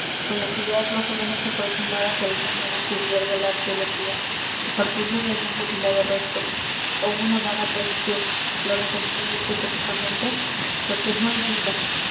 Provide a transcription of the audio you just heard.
con las ideas más ó menos aproximadas de algún nuevo cuvier de la arqueología que partiendo de algún mutilado resto ó una vaga tradición lo reconstruya hipotéticamente porque no hay duda